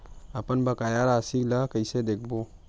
अपन बकाया राशि ला कइसे देखबो?